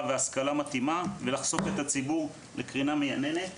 והשכלה מתאימה הוא גם בלחשוף את הציבור לקרינה מייננת